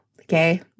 okay